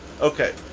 Okay